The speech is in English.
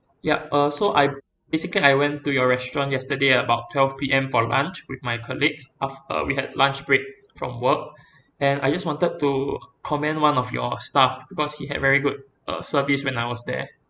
yup uh so I basically I went to your restaurant yesterday at about twelve P_M for lunch with my colleagues af~ uh we had lunch break from work and I just wanted to commend one of your staff because he had very good uh service when I was there